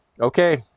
Okay